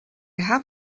have